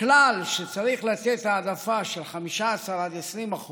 הכלל שצריך לתת העדפה של 15% עד 20%